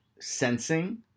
sensing